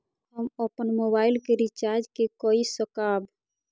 हम अपन मोबाइल के रिचार्ज के कई सकाब?